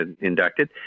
inducted